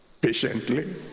patiently